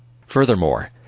Furthermore